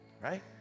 right